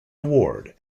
award